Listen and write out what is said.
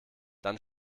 dann